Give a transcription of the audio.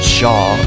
Shaw